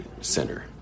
center